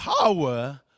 power